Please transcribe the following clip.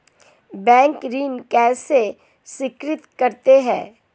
Bank ऋण कैसे स्वीकृत करते हैं?